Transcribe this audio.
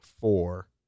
four